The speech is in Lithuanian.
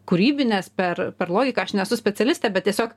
kūrybines per per logiką aš nesu specialistė bet tiesiog